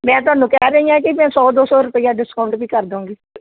ਮੈਂ ਤੁਹਾਨੂੰ ਕਹਿ ਰਹੀ ਹਾਂ ਕਿ ਮੈਂ ਸੌ ਦੋ ਸੌ ਰੁਪਈਆ ਡਿਸਕਾਊਂਟ ਵੀ ਕਰ ਦਊਂਗੀ